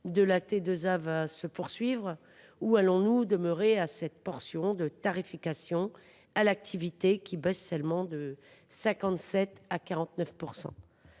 de la T2A va t elle se poursuivre, ou allons nous en rester à cette portion de tarification à l’activité qui baisse seulement de 57 % à 49 %?